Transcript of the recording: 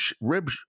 rib